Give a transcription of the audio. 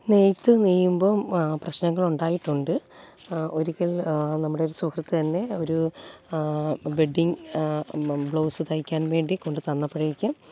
നെയ്ത്ത് നെയ്യുമ്പോൾ പ്രശ്നങ്ങളുണ്ടായിട്ടുണ്ട് ഒരിക്കൽ നമ്മുടെ ഒരു സുഹൃത്തു തന്നെ ഒരു വെഡിങ് ബ്ലൗ ബ്ലൗസ് തയ്ക്കാൻ വേണ്ടി കൊണ്ടു തന്നപ്പോഴേക്കും